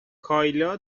کایلا